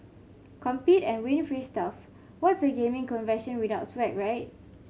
compete and win free stuff What's a gaming convention without swag right